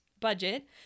budget